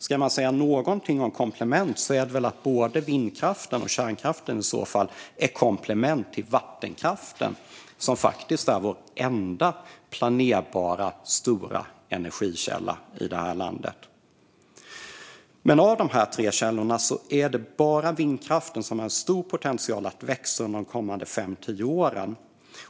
Ska man säga någonting om komplement är det väl att både vindkraften och kärnkraften i så fall är komplement till vattenkraften som faktiskt är vår enda planerbara och stora energikälla i detta land. Av dessa tre källor är det bara vindkraften som har en stor potential att växa under de kommande fem tio åren.